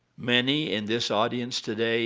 many in this audience today